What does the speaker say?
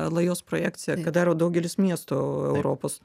lajos projekciją ką daro daugelis miestų europos